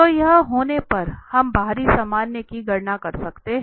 तो यह होने पर हम बाहरी सामान्य की गणना कर सकते हैं